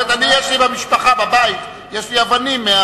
יש לי במשפחה, בבית, יש לי אבנים.